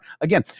Again